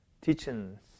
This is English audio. teachings